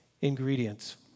ingredients